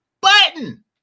button